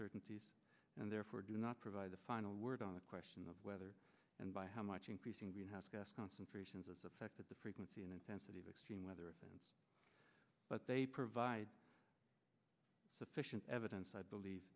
certainties and therefore do not provide the final word on the question of whether and by how much increasing greenhouse gas concentrations is affected the frequency and intensity of extreme weather events but they provide sufficient evidence i believe